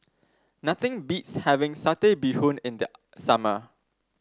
nothing beats having Satay Bee Hoon in the summer